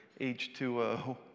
H2O